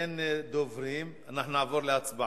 שאין דוברים, נעבור להצבעה.